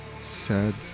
Sad